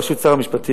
בראשות שר המשפטים,